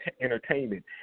entertainment